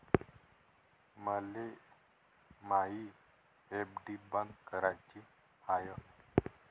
मले मायी एफ.डी बंद कराची हाय